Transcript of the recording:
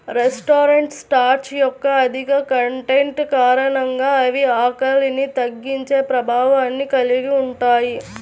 resistant starch యొక్క అధిక content కారణంగా అవి ఆకలిని తగ్గించే ప్రభావాన్ని కలిగి ఉంటాయి